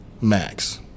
Max